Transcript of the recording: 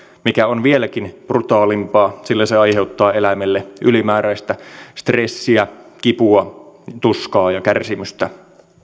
mikä on vieläkin brutaalimpaa sillä se aiheuttaa eläimelle ylimääräistä stressiä kipua tuskaa ja kärsimystä